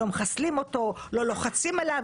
לא מחסלים אותו, לא לוחצים עליו.